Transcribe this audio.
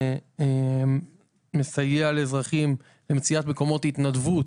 שמסייע למציאת מקומות התנדבות.